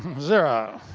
zero.